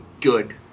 good